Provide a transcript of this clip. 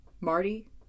Marty